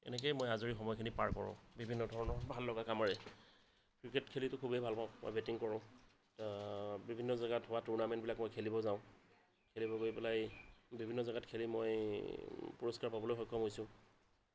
এনেকেই মই আজৰি সময়খিনি পাৰ কৰোঁ বিভিন্ন ধৰণৰ ভাল লগা কামেৰে ক্ৰিকেট খেলিতো খুবেই ভাল পাওঁ মই বেটিং কৰোঁ বিভিন্ন জাগত হোৱা টুৰ্নামেণ্ট বিলাক খেলিব যাওঁ খেলিব গৈ পেলাই বিভিন্ন জাগাত খেলি মই পুৰস্কাৰ পাবলৈ সক্ষম হৈছোঁ